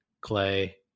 Clay